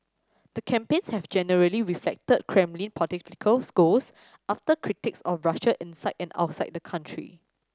the campaigns have generally reflected Kremlin goals after critics of Russia inside and outside the country